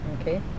Okay